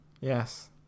Yes